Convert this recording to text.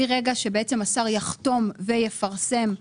מרגע שהשר יחתום ויפרסם,